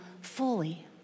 fully